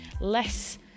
less